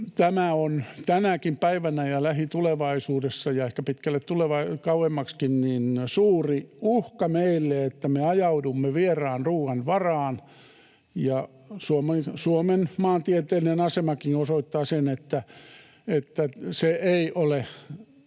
Tämä on tänäkin päivänä ja lähitulevaisuudessa ja ehkä pitkälle kauemmaksikin suuri uhka meille, että me ajaudumme vieraan ruuan varaan. Suomen maantieteellinen asemakin osoittaa sen, että se ei ole